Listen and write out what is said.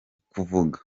kuvuga